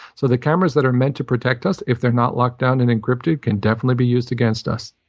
so the cameras that are meant to protect us, if they're not locked down and encrypted, can definitely be used against us.